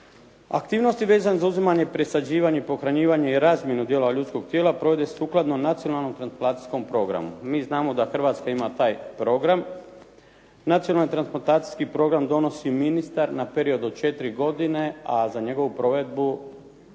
Aktivnosti vezane za uzimanje i presađivanje, pohranjivanje i razmjenu dijelova ljudskog tijela provode se sukladno Nacionalnom transplantacijskom programu. Mi znamo da Hrvatska ima taj program. Nacionalni transplantacijski program donosi ministar na period od četiri godine, a za njegovu provedbu